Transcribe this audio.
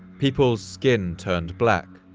people's skin turned black,